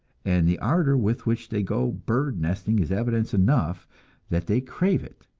and the ardor with which they go bird-nesting is evidence enough that they crave it.